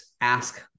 ask